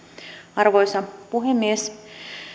arvoisa puhemies